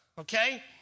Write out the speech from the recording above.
okay